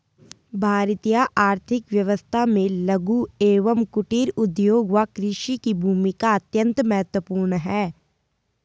भारतीय आर्थिक व्यवस्था में लघु एवं कुटीर उद्योग व कृषि की भूमिका अत्यंत महत्वपूर्ण है